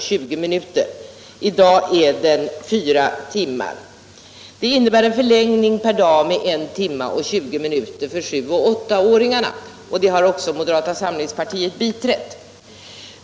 I dag — Nr 134 är den 4 timmar. Det innebär en förlängning per dag med 1 tim. 20 Fredagen den min. för sjuoch åttaåringarna. Detta har också moderata samlingspartiet — 2] maj 1976 biträtt.